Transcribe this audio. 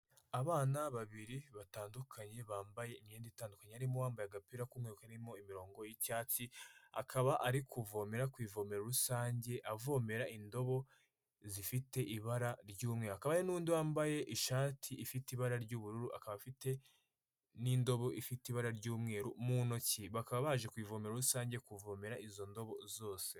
Abana babiri batandukanye bambaye imyenda itandukanye arimo uwa wambaye agapira k'umukwe karimo imirongo y'icyatsi akaba ari kuvomera ku ivomero rusange avomera indobo zifite ibara ry'umye aka n'undi wambaye ishati ifite ibara ry'ubururu akaba afite n'indobo ifite ibara ry'umweru mu ntoki bakaba baje kuvome rusange kuvomera izo ndobo zose.